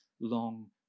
long